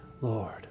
Lord